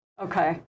Okay